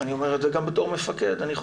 אני אומר את זה גם בתור מפקד,